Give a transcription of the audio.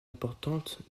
importantes